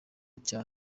cya